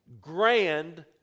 grand